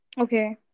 Okay